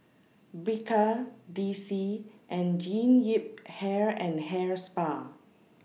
Bika D C and Jean Yip Hair and Hair Spa